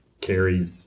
carry